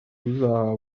uzahabwa